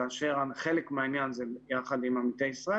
כאשר חלק מהעניין זה יחד עם 'עמיתי ישראל',